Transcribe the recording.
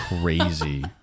crazy